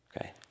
okay